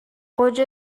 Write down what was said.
اوج